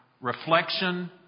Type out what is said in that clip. reflection